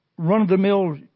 Run-of-the-mill